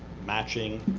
matching,